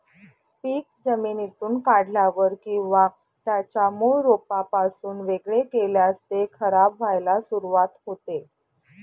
पीक जमिनीतून काढल्यावर किंवा त्याच्या मूळ रोपापासून वेगळे केल्यास ते खराब व्हायला सुरुवात होते